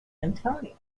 antonio